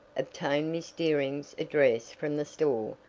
obtain miss dearing's address from the store,